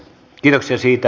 kiitoksia siitä